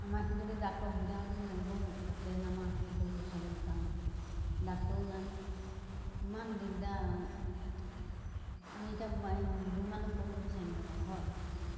আমাৰখিনি যদি ডাক্তৰৰ সুবিধা হ'লহেঁতেন তেনেকেও বাচ গৰু ছাগলীৰ কাৰণে ডাক্তৰো নাই ইমান দিগদাৰ আৰু আমি এতিয়া বুঢ়ী মানুহ ক'তনো বিচাৰিমগৈ বাৰু হয়